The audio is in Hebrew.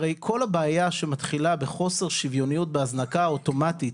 הרי כל הבעיה שמתחילה בחוסר שוויוניות בהזנקה אוטומטית,